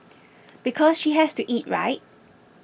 because she has to eat right